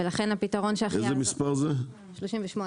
ולכן, הפתרון שלה זה אוטומציה.